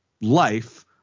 life